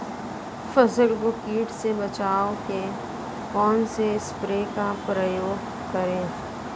फसल को कीट से बचाव के कौनसे स्प्रे का प्रयोग करें?